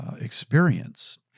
experience